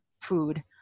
food